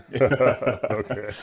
Okay